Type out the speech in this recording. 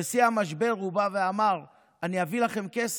בשיא המשבר הוא בא ואמר: אני אביא לכם כסף.